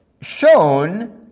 shown